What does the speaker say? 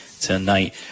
tonight